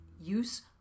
Use